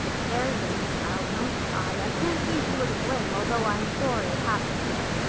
there, there, child, don't cry. i can't see as you were to blame although i'm sorry it happened so.